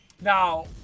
Now